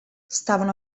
stavano